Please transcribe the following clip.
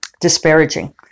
disparaging